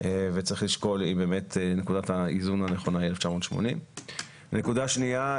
וצריך לשקול אם באמת נקודת האיזון הנכונה היא 1980. נקודה שנייה,